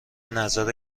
نظر